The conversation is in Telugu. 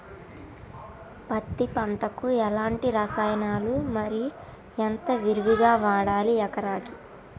పత్తి పంటకు ఎలాంటి రసాయనాలు మరి ఎంత విరివిగా వాడాలి ఎకరాకి?